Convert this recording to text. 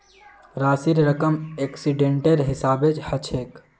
राशिर रकम एक्सीडेंटेर हिसाबे हछेक